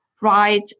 right